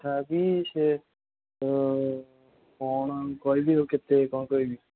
ତଥାପି ସେ କ'ଣ ଆଉ କହିବି ଆଉ କେତେ କ'ଣ କହିବି